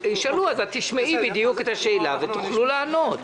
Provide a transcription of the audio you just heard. הם ישאלו ואת תשמעי בדיוק את השאלות ותוכלו לענות.